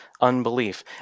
unbelief